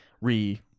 re